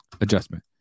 adjustment